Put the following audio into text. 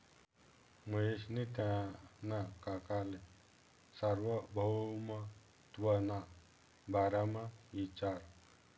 महेशनी त्याना काकाले सार्वभौमत्वना बारामा इचारं